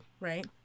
right